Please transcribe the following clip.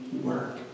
work